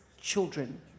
children